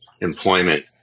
employment